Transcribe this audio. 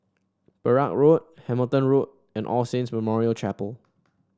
Perak Road Hamilton Road and All Saints Memorial Chapel